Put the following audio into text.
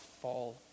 fall